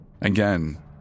Again